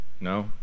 No